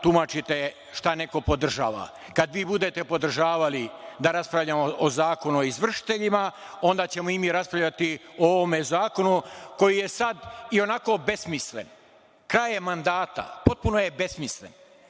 tumačite šta neko podržava. Kad vi budete podržavali da raspravljamo o Zakonu o izvršiteljima, onda ćemo i mi raspravljati o ovom zakonu koji je sad ionako besmislen. Kraj je mandata, potpuno je besmislen.